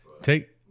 Take